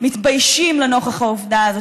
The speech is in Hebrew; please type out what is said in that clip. מתביישים נוכח העובדה הזאת.